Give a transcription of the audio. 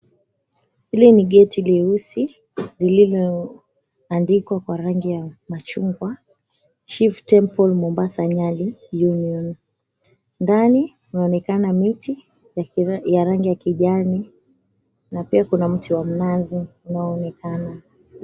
Hili ni geti leusi lililoandikwa kwa rangi ya machungwa, Shiv Temple Mombasa, Nyali. Ndani kunaonekana miti ya rangi ya kijani na pia kuna miti wa minazi unaoonekana.